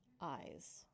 eyes